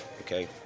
Okay